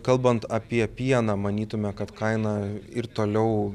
kalbant apie pieną manytume kad kaina ir toliau